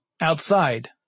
outside